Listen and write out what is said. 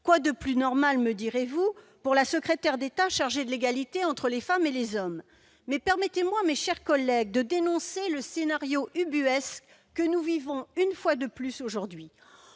Quoi de plus normal, me direz-vous, pour la secrétaire d'État chargée de l'égalité entre les femmes et les hommes ? Mais permettez-moi, mes chers collègues, de dénoncer le scénario ubuesque que nous vivons une fois de plus aujourd'hui.